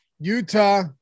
Utah